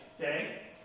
okay